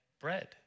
bread